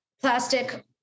plastic